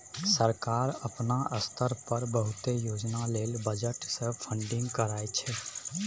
सरकार अपना स्तर पर बहुते योजना लेल बजट से फंडिंग करइ छइ